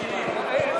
מישירים.